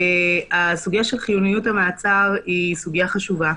הסוגיה של חיוניות המעצר היא סוגיה חשובה.